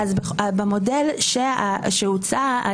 במודל שהוצע,